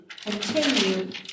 Continue